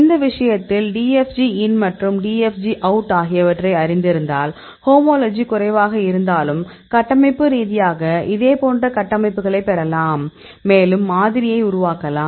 இந்த விஷயத்தில் DFG இன் மற்றும் DFG அவுட் ஆகியவற்றை அறிந்திருந்தால் ஹோமோலஜி குறைவாக இருந்தாலும் கட்டமைப்பு ரீதியாக இதே போன்ற கட்டமைப்புகளைப் பெறலாம் மேலும் மாதிரியை உருவாக்கலாம்